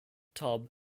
tub